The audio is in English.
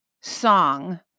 song